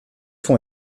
fond